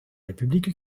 république